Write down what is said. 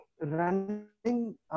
running